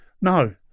No